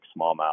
smallmouth